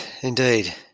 indeed